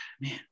man